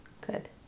Good